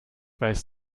weiß